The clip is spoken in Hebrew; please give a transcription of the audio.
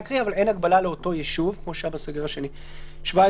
הייתה מתייחסת לדברים בשיא הרצינות ולא